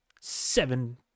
Seven